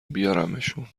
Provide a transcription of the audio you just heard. بیارمشون